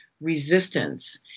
resistance